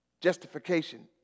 Justification